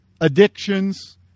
addictions